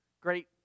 great